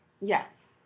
Yes